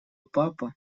папа